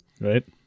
right